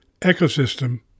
ecosystem